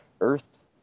Earth